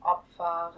Opfer